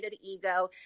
ego